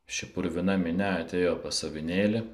ši purvina minia atėjo pas avinėlį